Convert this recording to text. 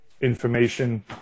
information